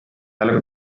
ajalugu